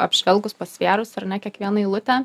apžvelgus pasvėrus ar ne kiekvieną eilutę